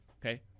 okay